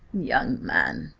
young man,